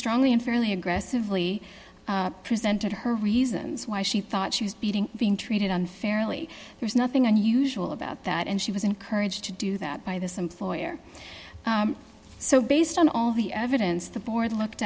strongly and fairly aggressively presented her reasons why she thought she was beating being treated unfairly there's nothing unusual about that and she was encouraged to do that by this employer so based on all the evidence the board looked